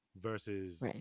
versus